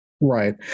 Right